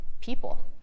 people